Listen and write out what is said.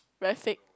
very sick